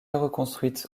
reconstruite